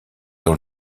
dans